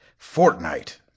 Fortnite